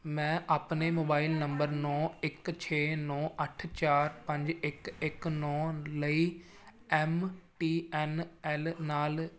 ਮੈਂ ਆਪਣੇ mobile number ਨੌਂ ਇੱਕ ਛੇ ਨੌਂ ਅੱਠ ਚਾਰ ਪੰਜ ਇੱਕ ਇੱਕ ਨੌਂ ਲਈ ਐੱਮ ਟੀ ਐੱਨ ਐੱਲ ਨਾਲ